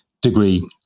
degree